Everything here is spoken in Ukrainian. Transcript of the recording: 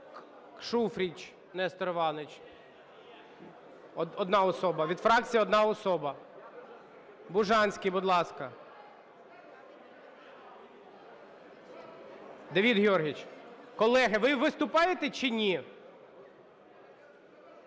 Шуфрич Нестор Іванович. Від фракції одна особа. Бужанський, будь ласка. Давид Георгійович… Колеги, ви виступаєте чи ні? Дайте